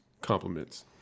compliments